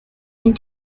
and